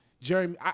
Jeremy